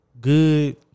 good